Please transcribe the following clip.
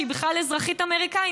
שהיא בכלל אזרחית אמריקנית,